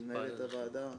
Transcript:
למנהלת הוועדה.